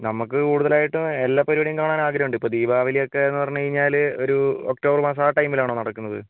നമുക്ക് കൂടുതലായിട്ട് എല്ലാ പരിപാടിയും കാണാൻ ആഗ്രഹമുണ്ട് ഇപ്പോൾ ദീപാവലി ഒക്കെയെന്ന് പറഞ്ഞു കഴിഞ്ഞാൽ ഒരു ഒക്ടോബർ മാസം ആ ടൈമിലാണോ നടക്കുന്നത്